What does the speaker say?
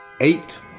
eight